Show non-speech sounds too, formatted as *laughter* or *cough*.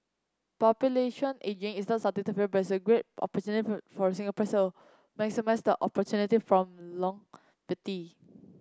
population ageing is not something to fear but a great *unintelligible* for Singaporeans maximised the opportunity from longevity